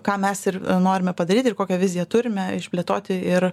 ką mes ir norime padaryti ir kokią viziją turime išplėtoti ir